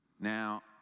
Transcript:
Now